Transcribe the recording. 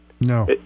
No